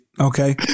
okay